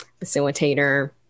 facilitator